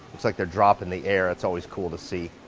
looks like they're dropping the air. it's always cool to see.